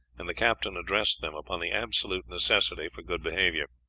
and the captain addressed them upon the absolute necessity for good behavior.